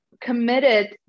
committed